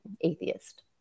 atheist